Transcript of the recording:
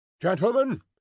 gentlemen